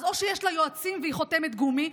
או שיש לה יועצים והיא חותמת גומי.